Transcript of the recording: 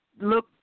look